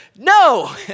No